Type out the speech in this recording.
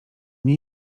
nie